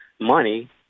money